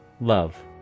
love